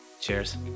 Cheers